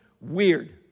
weird